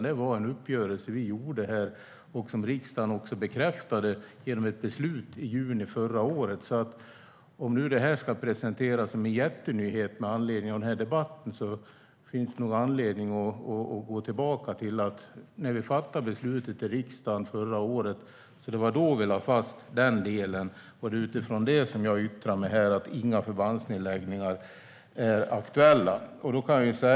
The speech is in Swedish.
Det var en uppgörelse som vi gjorde och som riksdagen också bekräftade genom ett beslut i juni förra året. Om nu detta ska presenteras som en jättenyhet med anledning av debatten finns det nog anledning att gå tillbaka till när vi fattade beslutet i riksdagen förra året. Det var då vi lade fast den delen. Det är utifrån det som jag yttrar mig här om att inga förbandsnedläggningar är aktuella.